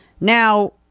Now